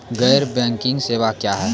गैर बैंकिंग सेवा क्या हैं?